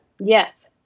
Yes